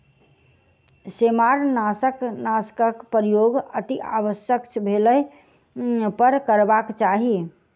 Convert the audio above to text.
सेमारनाशकक प्रयोग अतिआवश्यक भेलहि पर करबाक चाही